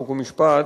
חוק ומשפט,